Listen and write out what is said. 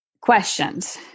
questions